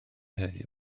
heddiw